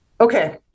Okay